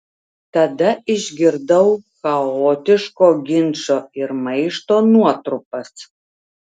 tada išgirdau chaotiško ginčo ir maišto nuotrupas